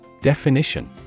Definition